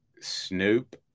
Snoop